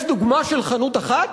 יש דוגמה של חנות אחת?